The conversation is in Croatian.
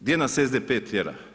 Gdje nas SDP tjera?